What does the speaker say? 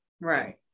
right